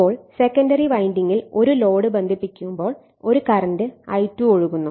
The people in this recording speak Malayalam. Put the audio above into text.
ഇപ്പോൾ സെക്കന്ററി വൈൻഡിംഗിൽ ഒരു ലോഡ് ബന്ധിപ്പിക്കുമ്പോൾ ഒരു കറന്റ് I2 ഒഴുകുന്നു